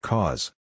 Cause